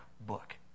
book